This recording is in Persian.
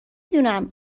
دونم